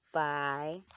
Bye